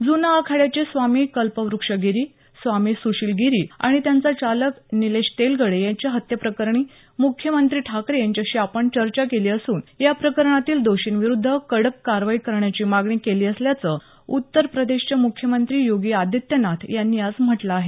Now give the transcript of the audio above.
जुना आखाड्याचे स्वामी कल्पवृक्षगिरी स्वामी सुशीलगिरी आणि त्यांचा चालक निलेश तेलगडे यांच्या हत्ये प्रकरणी मुख्यमंत्री ठाकरे यांच्याशी आपण चर्चा केली असून या प्रकरणातील दोषींविरुद्ध कडक कारवाई करण्याची मागणी केली असल्याचं उत्तर प्रदेशचे मुख्यमंत्री योगी आदीत्यनाथ यांनी आज म्हटलं आहे